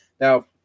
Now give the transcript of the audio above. now